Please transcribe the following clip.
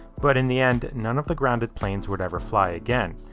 but in the end, none of the grounded planes would ever fly again.